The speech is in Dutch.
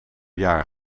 jaar